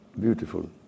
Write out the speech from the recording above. beautiful